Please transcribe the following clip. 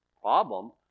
Problem